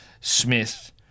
Smith